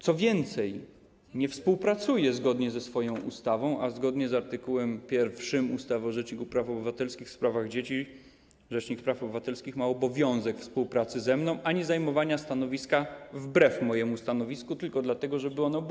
Co więcej, nie współpracuje: zgodnie ze swoją ustawą, zgodnie z art. 1 ustawy o Rzeczniku Praw Obywatelskich w sprawach dzieci rzecznik praw obywatelskich ma obowiązek współpracy ze mną, a nie zajmowania stanowiska wbrew mojemu stanowisku, tylko dlatego, żeby ono było wbrew.